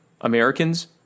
Americans